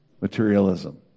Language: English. materialism